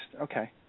okay